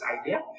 idea